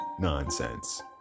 nonsense